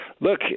Look